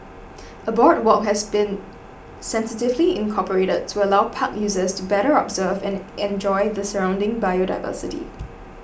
a boardwalk has also been sensitively incorporated to allow park users to better observe and enjoy the surrounding biodiversity